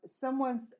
Someone's